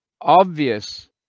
obvious